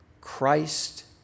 Christ